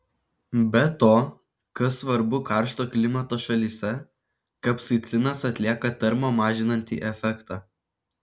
be to kas svarbu karšto klimato šalyse kapsaicinas atlieka termo mažinantį efektą